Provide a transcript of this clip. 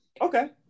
Okay